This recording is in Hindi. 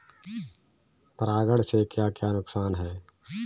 परागण से क्या क्या नुकसान हैं?